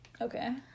Okay